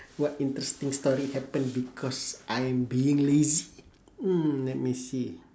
what interesting story happened because I'm being lazy mm let me see